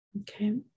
Okay